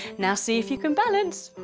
now see if you can balance,